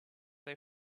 they